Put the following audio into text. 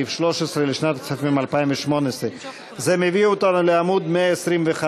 סעיף 13 לשנת הכספים 2018. זה מביא אותנו לעמוד 125,